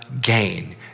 gain